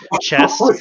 chest